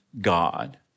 God